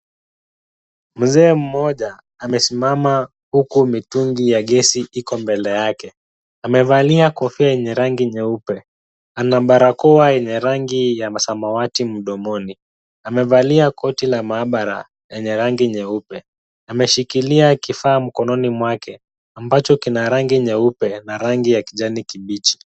Mzee mmoja amesimama huku mitungi ya gesi iko mbele yake. Amevalia kofia yenye rangi nyeupe. Ana barakoa yenye rangi ya samawati mdomoni. Amevalia koti la maabara lenye rangi nyeupe. Ameshikilia kifaa mkononi mwake ambacho kina rangi nyeupe na rangi ya kijani kibichi.